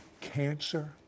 cancer